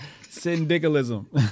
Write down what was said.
syndicalism